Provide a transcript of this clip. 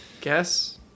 guess